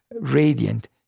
radiant